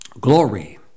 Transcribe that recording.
glory